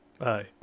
Aye